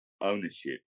ownership